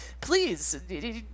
Please